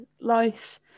life